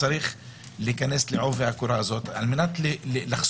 צריך להיכנס לעובי הקורה הזאת על מנת לחשוף